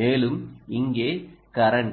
மேலும் இங்கே கரண்ட்